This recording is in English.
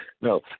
No